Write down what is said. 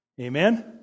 Amen